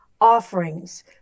offerings